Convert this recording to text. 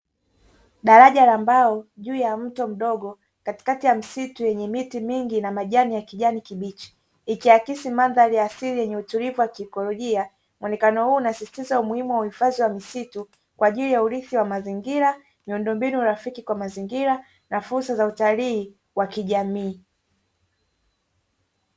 Daraja la mbao juu ya mto mdogo katikati ya msitu yenye miti mingi na majani ya kijani kibichi ikiakisi mandhari ya asili yenye utulivu wa kiekolojia, muonekano huu unasisitiza umuhimu wa uhifadhi wa misitu kwa ajili ya urithi wa mazingira miundombinu rafiki kwa mazingira na fursa za utalii wa kijamii.